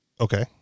Okay